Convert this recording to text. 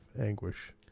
anguish